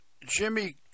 Jimmy